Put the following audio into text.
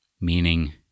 Meaning